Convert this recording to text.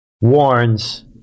warns